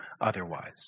otherwise